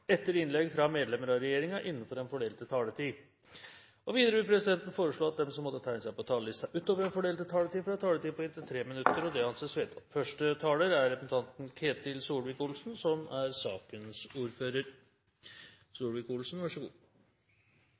etter innlegg fra medlemmer av regjeringen innenfor den fordelte taletid. Videre vil presidenten foreslå at de som måtte tegne seg på talerlisten utover den fordelte taletid, får en taletid på inntil 3 minutter. – Det anses vedtatt. Første taler er Irene Johansen – for sakens ordfører.